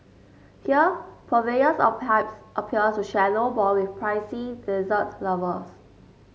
here purveyors of pipes appear to share no bond with prissy dessert lovers